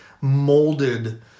molded